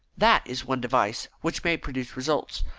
that is one device which may produce results.